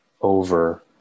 over